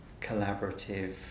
collaborative